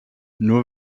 nur